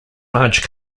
large